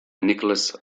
nicolas